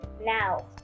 now